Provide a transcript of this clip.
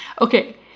Okay